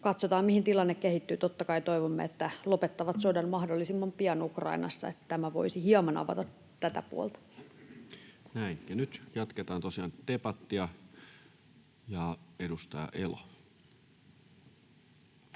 Katsotaan, mihin tilanne kehittyy. Totta kai toivomme, että lopettavat sodan mahdollisimman pian Ukrainassa, että tämä voisi hieman avata tätä puolta. Näin, ja nyt jatketaan tosiaan debattia. — Edustaja Elo.